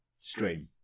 stream